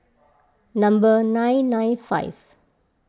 number nine nine five